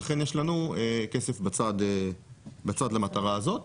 ולכן יש לנו כסף בצד למטרה הזאת.